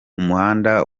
umuhanda